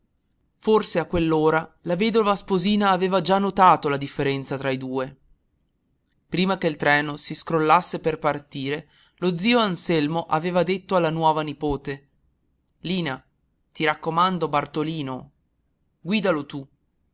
forse a quell'ora la vedova sposina aveva già notato la differenza tra i due prima che il treno si scrollasse per partire lo zio anselmo aveva detto alla nuova nipote lina ti raccomando bartolino guidalo tu